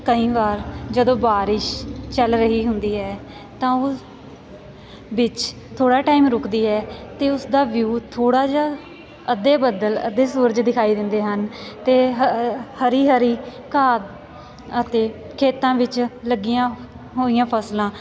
ਕਈ ਵਾਰ ਜਦੋਂ ਬਾਰਿਸ਼ ਚੱਲ ਰਹੀ ਹੁੰਦੀ ਹੈ ਤਾਂ ਉਸ ਵਿੱਚ ਥੋੜ੍ਹਾ ਟਾਈਮ ਰੁਕਦੀ ਹੈ ਅਤੇ ਉਸਦਾ ਵਿਊ ਥੋੜ੍ਹਾ ਜਿਹਾ ਅੱਧੇ ਬੱਦਲ ਅੱਧੇ ਸੂਰਜ ਦਿਖਾਈ ਦਿੰਦੇ ਹਨ ਅਤੇ ਹ ਹਰੀ ਹਰੀ ਘਾਹ ਅਤੇ ਖੇਤਾਂ ਵਿੱਚ ਲੱਗੀਆਂ ਹੋਈਆਂ ਫਸਲਾਂ